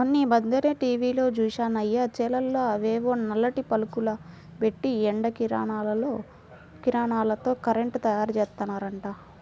మొన్నీమధ్యనే టీవీలో జూశానయ్య, చేలల్లో అవేవో నల్లటి పలకలు బెట్టి ఎండ కిరణాలతో కరెంటు తయ్యారుజేత్తన్నారు